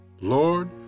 Lord